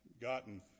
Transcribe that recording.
gotten